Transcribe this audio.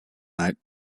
night